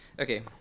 Okay